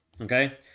Okay